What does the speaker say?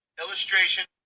illustration